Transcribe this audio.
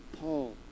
Paul